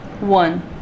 One